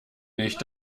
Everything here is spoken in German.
nicht